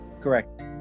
Correct